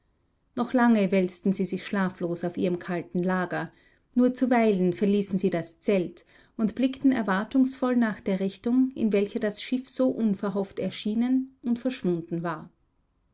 noch lange wälzten sie sich schlaflos auf ihrem kalten lager nur zuweilen verließen sie das zelt und blickten erwartungsvoll nach der richtung in welcher das schiff so unverhofft erschienen und verschwunden war